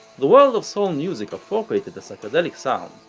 the world of soul music appropriated the psychedelic sound,